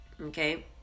Okay